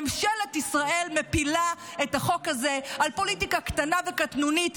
ממשלת ישראל מפילה את החוק הזה על פוליטיקה קטנה וקטנונית,